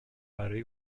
برای